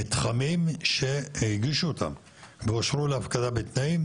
למתחמים שהגישו אותם ואושרו להפקדה בתנאים,